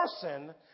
person